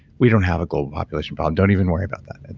we don't have a global population problem. don't even worry about that.